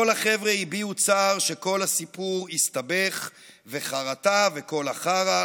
// כל החבר'ה הביעו צער שכל הסיפור הסתבך / וחרטה וכל החרא,